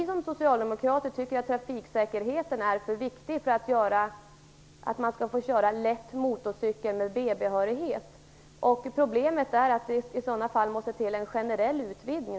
Vi socialdemokrater tycker att trafiksäkerheten är alltför viktigt för att det skall bli tillåtet att köra lätt motorcykel med B-behörighet. Problemet är att det i så fall måste till en generell utvidgning.